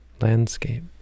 landscape